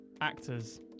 actors